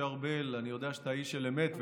יודע שאתה איש של אמת,